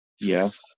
yes